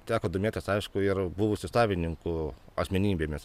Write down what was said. teko domėtis aišku ir buvusių savininkų asmenybėmis